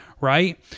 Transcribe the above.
Right